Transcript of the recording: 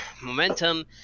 momentum